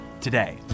today